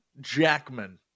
Jackman